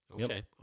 Okay